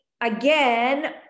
again